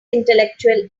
intellectual